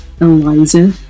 Eliza